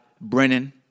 Brennan